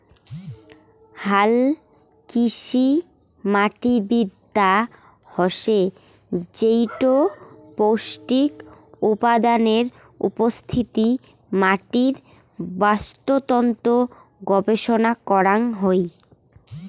হালকৃষিমাটিবিদ্যা হসে যেইটো পৌষ্টিক উপাদানের উপস্থিতি, মাটির বাস্তুতন্ত্র গবেষণা করাং হই